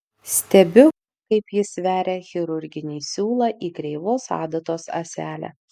stebiu kaip jis veria chirurginį siūlą į kreivos adatos ąselę